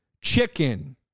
Chicken